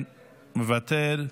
מוותר,